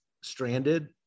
stranded